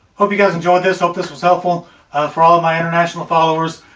hope you guys enjoyed this. hope this was helpful for all of my international followers.